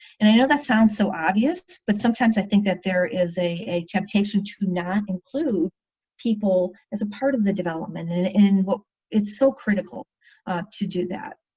and i know that sounds so obvious but sometimes i think that there is a a temptation to not include people as a part of the development and and what it's so critical to do that